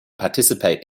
participate